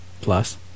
plus